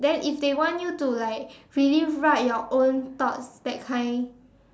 then if they want you to like really write your own thoughts that kind